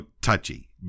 touchy